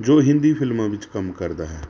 ਜੋ ਹਿੰਦੀ ਫਿਲਮਾਂ ਵਿੱਚ ਕੰਮ ਕਰਦਾ ਹੈ